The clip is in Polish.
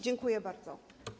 Dziękuję bardzo.